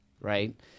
right